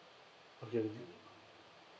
okay